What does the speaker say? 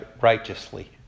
righteously